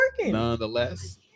nonetheless